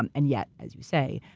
and and yet, as you say,